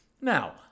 Now